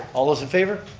all those in favor.